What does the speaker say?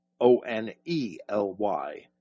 O-N-E-L-Y